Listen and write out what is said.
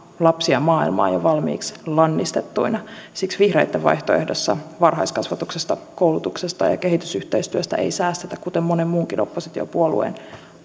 lapsia maailmaan jo valmiiksi lannistettuina siksi vihreitten vaihtoehdossa varhaiskasvatuksesta koulutuksesta ja ja kehitysyhteistyöstä ei säästetä kuten monen muunkin oppositiopuolueen